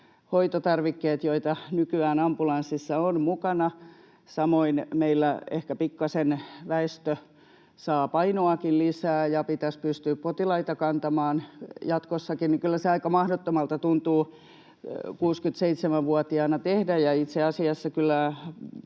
hoitotarvikkeet, joita nykyään ambulanssissa on mukana. Samoin meillä ehkä pikkasen väestö saa painoakin lisää ja pitäisi pystyä potilaita kantamaan jatkossakin, niin kyllä se aika mahdottomalta tuntuu 67-vuotiaana tehdä. Itse asiassa kyllä